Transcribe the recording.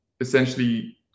essentially